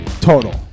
total